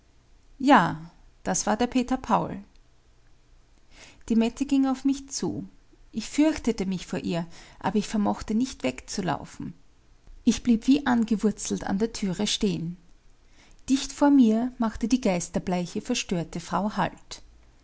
ja das war der peter paul die mette ging auf mich zu ich fürchtete mich vor ihr aber ich vermochte nicht wegzulaufen ich blieb wie angewurzelt an der türe stehen dicht vor mir machte die geisterbleiche verstörte frau halt